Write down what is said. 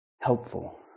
helpful